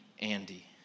Andy